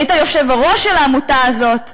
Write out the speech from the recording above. היית היושב-ראש של העמותה הזאת,